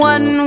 One